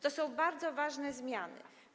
To są bardzo ważne zmiany.